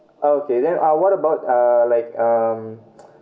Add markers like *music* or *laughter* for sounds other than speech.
okay then uh what about uh like um *noise*